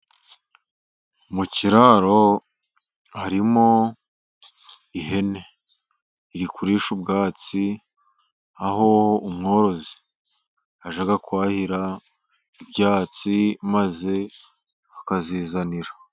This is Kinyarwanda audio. Mu kiraro harimo ihene iri kurisha ubwatsi, aho umworozi ajya kwahira ibyatsi, maze akazizanira.